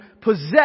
possess